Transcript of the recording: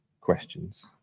questions